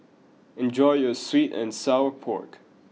enjoy your Sweet and Sour Pork